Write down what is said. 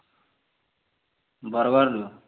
ବରଗଡ଼ରୁ